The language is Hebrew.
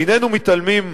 איננו מתעלמים,